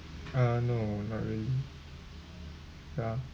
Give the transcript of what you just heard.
uh no not really ya